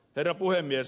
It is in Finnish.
herra puhemies